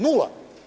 Nula.